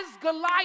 Goliath